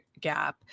gap